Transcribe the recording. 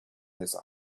this